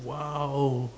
!wow!